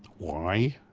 why?